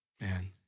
Man